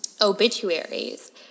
obituaries